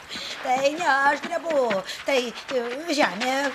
tai ne aš drebu taip žemė